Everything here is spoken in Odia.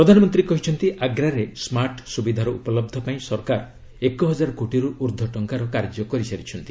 ପ୍ରଧାନମନ୍ତୀ କହିଛନ୍ତି ଆଗ୍ରାରେ ସ୍କାର୍ଟ ସୁବିଧାର ଉପଲହ୍ଧ ପାଇଁ ସରକାର ଏକ ହଜାର କୋଟିରୁ ଉର୍ଦ୍ଧ୍ୱ ଟଙ୍କାର କାର୍ଯ୍ୟ କରିସାରିଛନ୍ତି